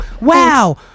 wow